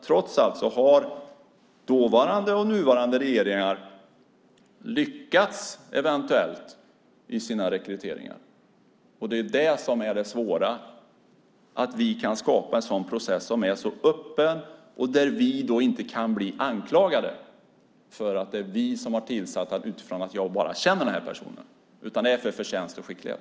Trots allt verkar dåvarande och nuvarande regeringar ha lyckats i sina rekryteringar. Det svåra är att skapa en process som är så öppen att vi inte kan bli anklagade för att ha tillsatt någon bara för att vi känner personen i fråga, utan det är för förtjänst och skicklighet.